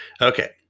Okay